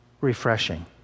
Refreshing